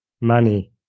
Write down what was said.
money